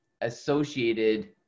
associated